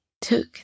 took